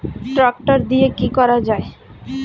Tractor দিয়ে কি করা যায়?